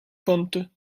konnte